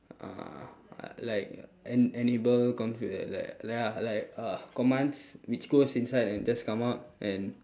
uh like en~ enable com~ like like like like uh commands which goes inside and just come out and